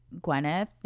Gwyneth